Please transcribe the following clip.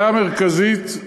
הבעיה המרכזית,